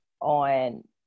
on